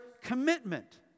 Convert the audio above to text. commitment